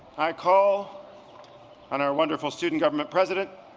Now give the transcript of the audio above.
i call on our wonderful student government president,